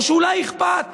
או שאולי אכפת,